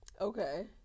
Okay